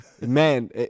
Man